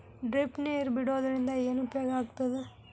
Drip ನೇರ್ ಬಿಡುವುದರಿಂದ ಏನು ಉಪಯೋಗ ಆಗ್ತದ?